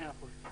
מאה אחוז.